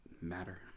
matter